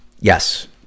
Yes